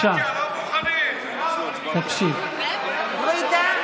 מוצאים לה תפקיד, ואחר כך, אחרי שיסתדר,